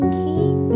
keep